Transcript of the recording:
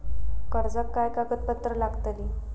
कर्जाक काय कागदपत्र लागतली?